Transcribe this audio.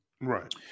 right